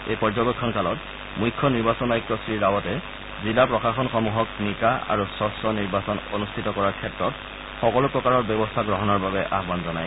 এই পৰ্যবেক্ষণ কালত মুখ্য নিৰ্বাচন আয়ুক্ত শ্ৰীৰাৱটে জিলা প্ৰশাসনসমূহক নিকা আৰু স্বছ্ নিৰ্বাচন অনুষ্ঠিত কৰাৰ ক্ষেত্ৰত সকলো প্ৰকাৰৰ ব্যৱস্থা গ্ৰহণৰ বাবে আহান জনায়